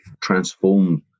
transform